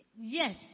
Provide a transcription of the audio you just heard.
Yes